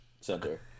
center